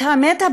האמת,